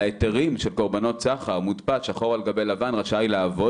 על ההיתרים של קורבנות סחר מודפס שחור על גבי לבן רשאי לעבוד,